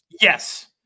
Yes